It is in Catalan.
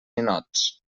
ninots